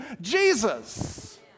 Jesus